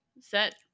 set